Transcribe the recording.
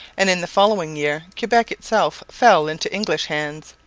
and in the following year quebec itself fell into english hands.